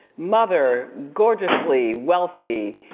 mother, gorgeously wealthy,